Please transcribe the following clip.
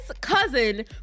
cousin